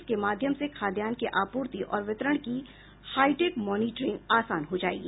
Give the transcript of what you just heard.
इसके माध्यम से खाद्यान्न की आपूर्ति और वितरण की हाईटेक मॉनिटरिंग आसान हो जायेगी